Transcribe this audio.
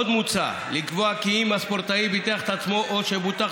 עוד מוצע לקבוע כי אם הספורטאי ביטח את עצמו או שבוטח